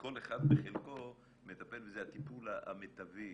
וכל אחד בחלקו מטפל בזה הטיפול המיטבי,